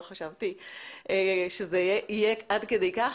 לא חשבתי שזה יהיה עד כדי כך,